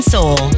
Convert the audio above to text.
Soul